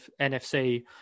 NFC